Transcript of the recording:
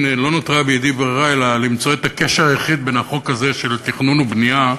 הזה, של תכנון ובנייה,